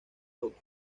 tokio